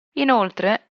inoltre